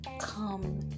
come